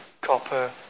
copper